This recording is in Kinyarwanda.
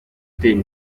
gutera